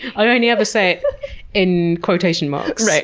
i only ever say in quotation marks.